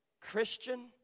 Christian